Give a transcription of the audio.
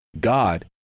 God